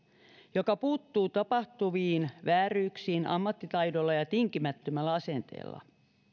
joka puuttuu tapahtuviin vääryyksiin ammattitaidolla ja ja tinkimättömällä asenteella